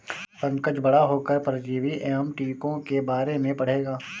पंकज बड़ा होकर परजीवी एवं टीकों के बारे में पढ़ेगा